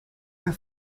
are